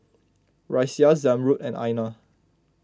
Raisya Zamrud and Aina